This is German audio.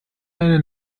eine